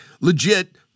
legit